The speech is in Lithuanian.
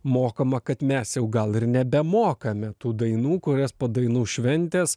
mokama kad mes jau gal ir nebemokame tų dainų kurias po dainų šventės